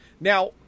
Now